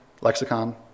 lexicon